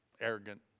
arrogant